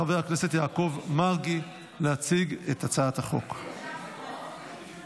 חוק ומשפט לצורך הכנתה לקריאה השנייה